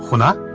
and